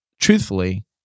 truthfully